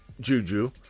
Juju